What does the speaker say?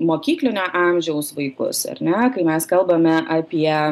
mokyklinio amžiaus vaikus ar ne kai mes kalbame apie